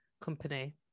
company